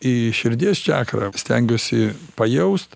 į širdies čakrą stengiuosi pajaust